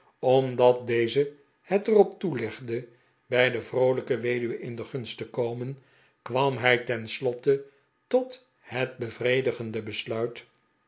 omdat deze het er op toelegde bij de vroolijke weduwe in de gunst te komen kwam hij ten slotte tot het bevredigende besluit